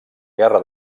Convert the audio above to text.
guerra